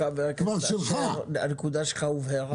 חבר הכנסת אשר, הנקודה שלך הובהרה.